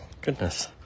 Goodness